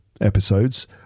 episodes